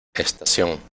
estación